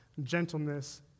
gentleness